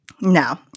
no